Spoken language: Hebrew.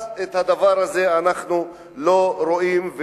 אז את הדבר הזה אנחנו לא רואים,